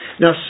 Now